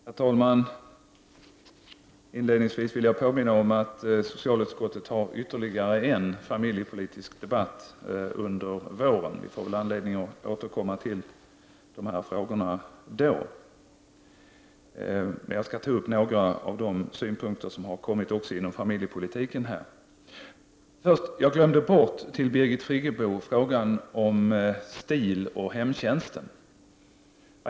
Herr talman! Inledningsvis vill jag påminna om att socialutskottet kommer att ha ytterligare en familjepolitisk debatt under våren. Vi får anledning att återkomma till de här frågorna då. Men jag skall ta upp några av de synpunkter på familjepolitiken som har kommit fram här. Först vill jag vända mig till Birgit Friggebo. Jag glömde bort frågan om STIL och hemtjänsten.